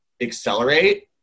accelerate